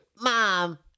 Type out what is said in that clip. Mom